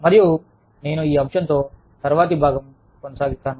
మరియు నేను ఈ అంశంతో తరువాతి భాగం కొనసాగిస్తాను